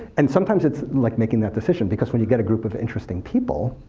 and sometimes it's like making that decision. because when you get a group of interesting people,